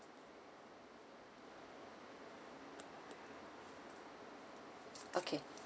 okay